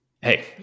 Hey